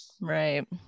right